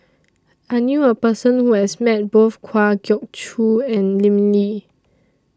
I knew A Person Who has Met Both Kwa Geok Choo and Lim Lee